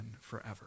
forever